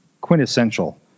quintessential